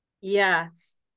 Yes